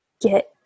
get